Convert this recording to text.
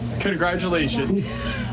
congratulations